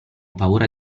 paura